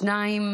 שניים